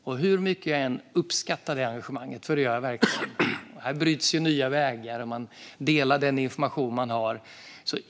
Jag uppskattar verkligen engagemanget. Här bryts nya vägar, och man delar den information man har.